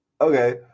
okay